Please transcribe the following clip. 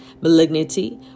malignity